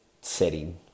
setting